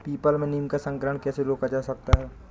People में नीम का संकरण कैसे रोका जा सकता है?